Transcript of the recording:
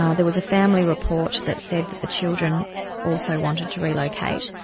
um there was a family report that said that the children also wanted to relocate,